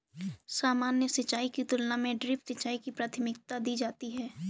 सामान्य सिंचाई की तुलना में ड्रिप सिंचाई को प्राथमिकता दी जाती है